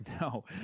No